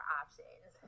options